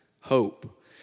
hope